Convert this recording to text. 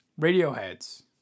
Radiohead's